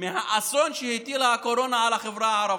מהאסון שהטילה הקורונה על החברה הערבית.